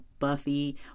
Buffy